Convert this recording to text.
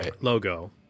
logo